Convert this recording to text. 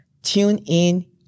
TuneIn